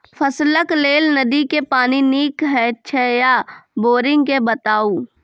फसलक लेल नदी के पानि नीक हे छै या बोरिंग के बताऊ?